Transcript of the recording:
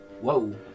Whoa